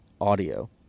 audio